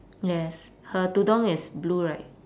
yes her tudung is blue right